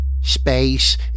Space